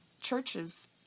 churches